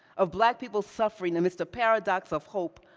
of black people's suffering, amidst a paradox of hope,